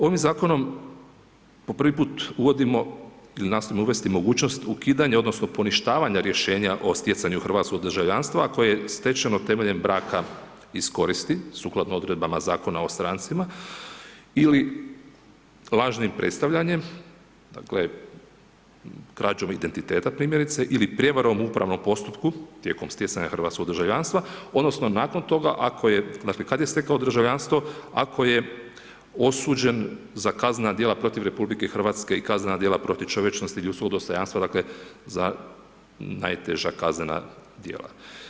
Ovim zakonom po prvi put uvodimo i nastojimo uvesti mogućnost ukidanja odnosno poništavanja rješenja o stjecanju hrvatskog državljanstva, a koje je stečeno temeljem braka iz koristi, sukladno odredbama Zakona o strancima ili lažnim predstavljanjem dakle krađom identiteta primjerice ili prijevarom u upravnom postupku tijekom stjecanja hrvatskog državljanstva odnosno nakon toga, ako je, dakle kada je stekao državljanstvo ako je osuđen za kaznena djela protiv RH i kaznena djela protiv čovječnosti i ljudskog dostojanstva dakle za najteža kaznena djela.